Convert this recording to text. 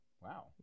wow